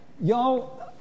y'all